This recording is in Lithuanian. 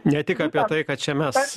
ne tik apie tai kad čia mes